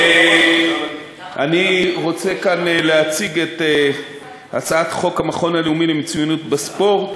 אני רוצה להציג את הצעת חוק המכון הלאומי למצוינות בספורט